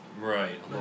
Right